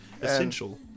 Essential